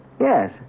yes